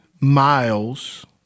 miles